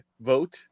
vote